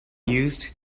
used